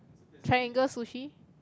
triangle sushi